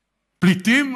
הפליטים,